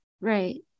Right